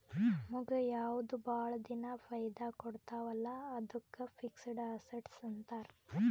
ನಮುಗ್ ಯಾವ್ದು ಭಾಳ ದಿನಾ ಫೈದಾ ಕೊಡ್ತಾವ ಅಲ್ಲಾ ಅದ್ದುಕ್ ಫಿಕ್ಸಡ್ ಅಸಸ್ಟ್ಸ್ ಅಂತಾರ್